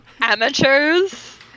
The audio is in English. amateurs